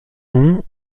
nom